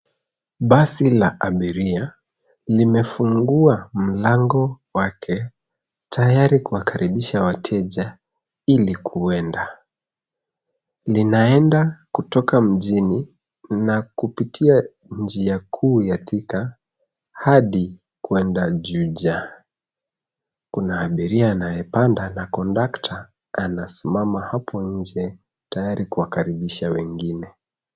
Basi la abiria limefungua mlango wake tayari kuwakaribisha wateja ili kuenda. Linaenda kutoka mjini na kupitia njia kuu ya Thika hadi kuenda Juja. Kuna abiria anayepanda na kondakta anasimama hapo nje tayari kuwakaribisha wengine.